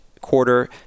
quarter